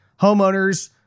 homeowners